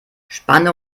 spanne